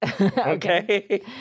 Okay